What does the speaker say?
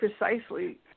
precisely